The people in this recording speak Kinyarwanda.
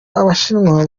abashinwa